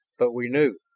but we knew!